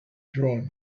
drawn